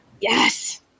Yes